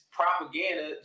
propaganda